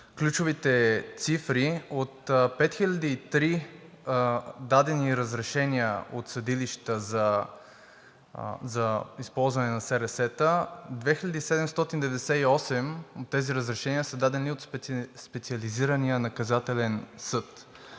ключовите цифри: „От 5003 дадени разрешения от съдилища за използване на СРС-та, 2798 от тези разрешения са дадени от Специализирания наказателен съд.“